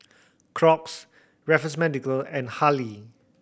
Crocs Raffles Medical and Haylee